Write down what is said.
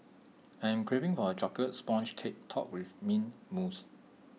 I am craving for A Chocolate Sponge Cake Topped with Mint Mousse